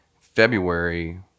February